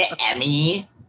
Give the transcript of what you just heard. Emmy